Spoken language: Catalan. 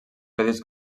petits